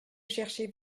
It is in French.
cherchez